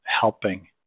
helping